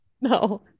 no